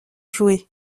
jouer